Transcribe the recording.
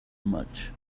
much